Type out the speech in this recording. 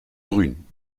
grün